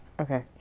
Okay